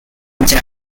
jazz